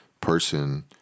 person